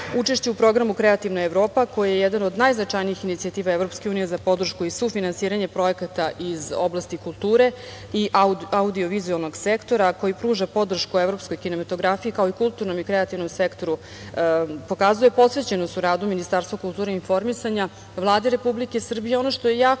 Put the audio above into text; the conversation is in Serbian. u Programu „Kreativna Evropa“, što je jedna od najznačajnijih inicijativa EU za podršku i sufinansiranje projekata iz oblasti kulture i audio-vizuelnog sektora koji pruža podršku evropskoj kinematografiji, kao i kulturnom i kreativnom sektoru, pokazuje posvećenost u radu Ministarstva kulture i informisanja, Vladi Republike Srbije. Ono što je jako